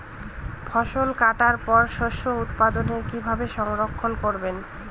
ফসল কাটার পর শস্য উৎপাদন কিভাবে সংরক্ষণ করবেন?